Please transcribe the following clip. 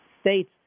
States